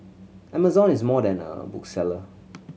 amazon is more than a bookseller